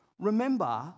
Remember